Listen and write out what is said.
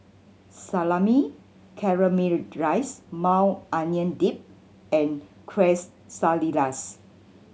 Salami Caramelized Maui Onion Dip and Quesadillas